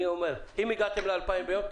אני אומר שאם הגעתם ל-2,000 ביום,